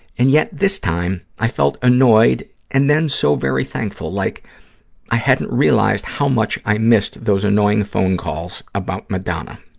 and yet, this time, i felt annoyed and then so very thankful, like i hadn't realized how much i missed those annoying phone calls about madonna.